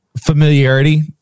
familiarity